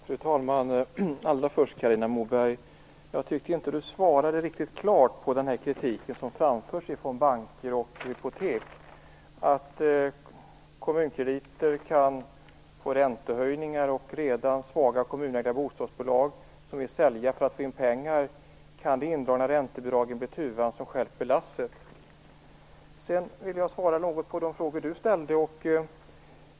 Fru talman! Allra först: Jag tycker inte att Carina Moberg riktigt klart bemötte den kritik som framförs av banker och hypotek, att kommunkrediter kan drabbas av räntehöjningar och att det indragna räntebidraget kan för redan svaga kommunägda bostadsbolag som vill sälja för att få in pengar bli tuvan som stjälper lasset.